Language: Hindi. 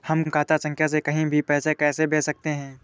हम खाता संख्या से कहीं भी पैसे कैसे भेज सकते हैं?